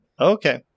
Okay